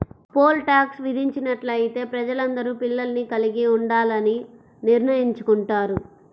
pole tax విధించినట్లయితే ప్రజలందరూ పిల్లల్ని కలిగి ఉండాలని నిర్ణయించుకుంటారు